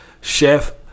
Chef